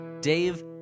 Dave